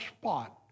spot